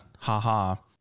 ha-ha